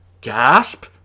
Gasp